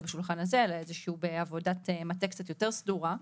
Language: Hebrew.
זה בשולחן הזה אלא בעבודת מטה קצת יותר סדורה.